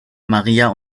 maria